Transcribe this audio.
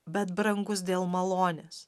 bet brangus dėl malonės